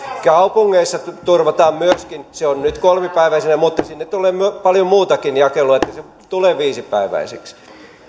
kaupungeissa turvataan se on nyt kolmipäiväisenä mutta sinne tulee paljon muutakin jakelua että se tulee viisipäiväiseksi